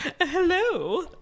Hello